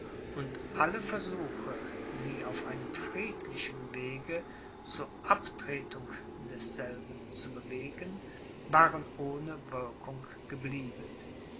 und alle versuche sie auf einem friedlichen wege zu abtretung desselben zu bewegen waren ohne wirkung geblieben